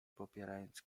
popierając